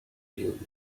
you